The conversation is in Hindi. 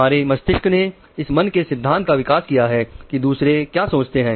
हमारे मस्तिष्क ने इस मन के सिद्धांत का विकास किया है कि दूसरे क्या सोचते हैं